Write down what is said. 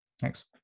Thanks